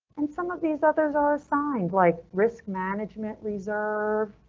and some of these others are assigned like risk management reserve.